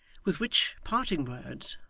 with which parting words,